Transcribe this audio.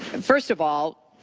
first of all,